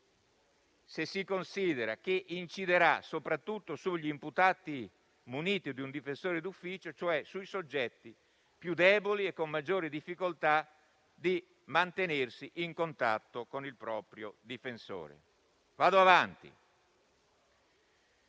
se si considera che inciderà soprattutto sugli imputati muniti di un difensore d'ufficio, cioè sui soggetti più deboli e con maggiori difficoltà a mantenersi in contatto con il proprio difensore. Estendere